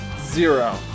Zero